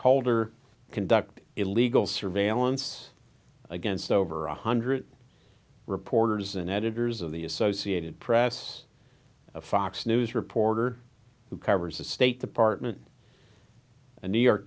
holder conduct illegal surveillance against over one hundred reporters and editors of the associated press a fox news reporter who covers the state department a new york